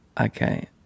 Okay